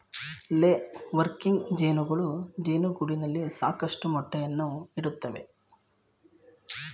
ಲೇ ವರ್ಕಿಂಗ್ ಜೇನುಗಳು ಜೇನುಗೂಡಿನಲ್ಲಿ ಸಾಕಷ್ಟು ಮೊಟ್ಟೆಯನ್ನು ಇಡುತ್ತವೆ